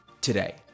today